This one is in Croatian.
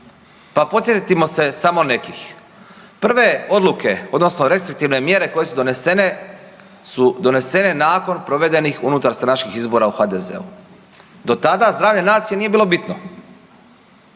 pa podsjetimo se samo nekih. Prve odluke odnosno restriktivne mjere koje su donesene su donesene nakon provedenih unutarstranačkih izbora u HDZ-u, do tada zdravlje nacije nije bilo bitno.